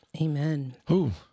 Amen